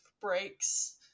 breaks